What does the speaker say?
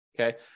Okay